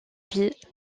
vit